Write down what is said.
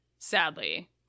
Sadly